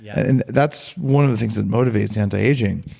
yeah and that's one of the things that motivates anti-aging,